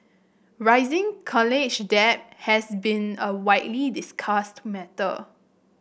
rising college debt has been a widely discussed matter